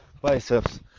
biceps